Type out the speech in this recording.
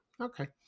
Okay